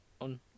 on